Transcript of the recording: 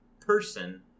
person